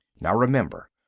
now remember,